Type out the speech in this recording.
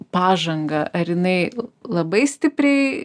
pažangą ar jinai labai stipriai